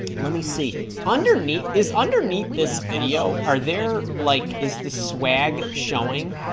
let me see underneath is underneath this video are there like is the swag showing